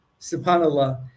subhanAllah